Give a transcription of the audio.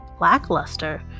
lackluster